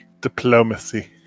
Diplomacy